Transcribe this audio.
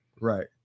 Right